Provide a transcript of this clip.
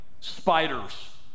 spiders